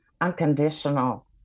unconditional